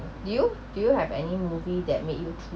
do you do you have any movie that make you too